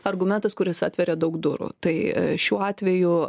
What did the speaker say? argumentas kuris atveria daug durų tai šiuo atveju